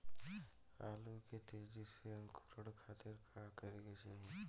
आलू के तेजी से अंकूरण खातीर का करे के चाही?